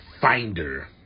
finder